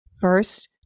First